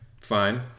fine